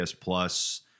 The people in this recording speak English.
plus